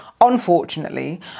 unfortunately